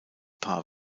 paar